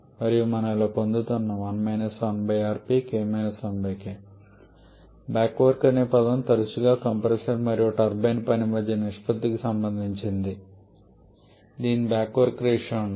మరియు మనము ఇలా పొందుతున్నాము బ్యాక్ వర్క్ అనే పదం తరచుగా కంప్రెసర్ పని మరియు టర్బైన్ పని మధ్య నిష్పత్తికి సంబంధించినది దీనిని బ్యాక్ వర్క్ రేషియో అంటారు